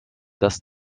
dass